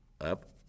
up